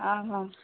ହଁ ହଁ